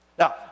Now